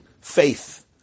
faith